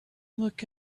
look